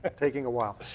taking a while.